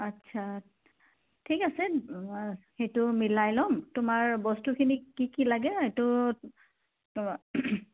আচ্ছা ঠিক আছে সেইটো মিলাই ল'ম তোমাৰ বস্তুখিনি কি কি লাগে এইটো